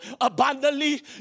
abundantly